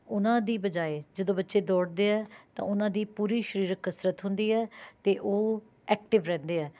ਉਹਨਾਂ ਦੀ ਬਜਾਏ ਜਦੋਂ ਬੱਚੇ ਦੌੜਦੇ ਹੈ ਤਾਂ ਉਹਨਾਂ ਦੀ ਪੂਰੀ ਸਰੀਰਕ ਕਸਰਤ ਹੁੰਦੀ ਹੈ ਅਤੇ ਉਹ ਐਕਟਿਵ ਰਹਿੰਦੇ ਹੈ